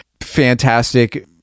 fantastic